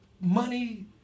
money